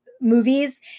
movies